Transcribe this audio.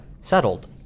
settled